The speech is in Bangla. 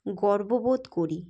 গর্ববোধ করি